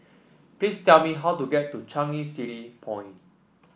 please tell me how to get to Changi City Point